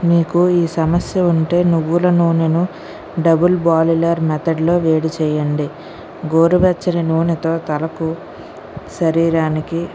మీకు ఈ సమస్య ఉంటే నువ్వుల నూనెను డబుల్ బాయిలర్ మెథడ్లో వేడి చేయండి గోరువెచ్చని నూనెతో తలకు శరీరానికి